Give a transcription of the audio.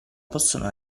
possono